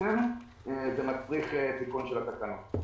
זה מצריך תיקון התקנות.